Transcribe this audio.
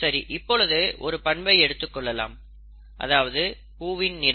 சரி இப்பொழுது ஒரு பண்பை எடுத்துக் கொள்வோம் அதாவது பூவின் நிறம்